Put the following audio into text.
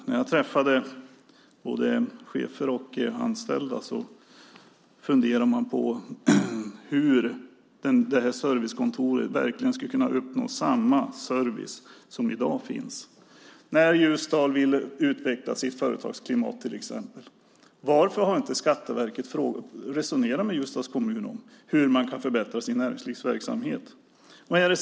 När jag har träffat både chefer och anställda har de funderat på hur servicekontoret verkligen ska kunna uppnå samma service som finns i dag. När till exempel Ljusdal vill utveckla sitt företagsklimat - varför har då inte Skatteverket resonerat med Ljusdals kommun om hur man kan förbättra sin näringslivsverksamhet?